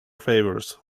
favors